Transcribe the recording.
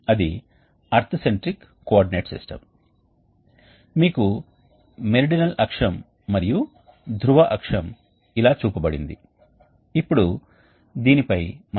కాబట్టి ఇది ఇలా కొనసాగుతుంది ఈ వాల్వ్లను మార్చడం ద్వారా వేడి గ్యాస్ స్ట్రీమ్ను ఒకసారి మొదటి బెడ్ ద్వారా తర్వాత రెండవ బెడ్ ద్వారా మరియు కోల్డ్ గ్యాస్ను డైరెక్ట్ చేయడం ద్వారా ఒకసారి రెండవ బెడ్ ద్వారా మరియు తర్వాత మొదటి బెడ్పైకి మళ్లించబడుతుంది